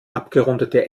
abgerundete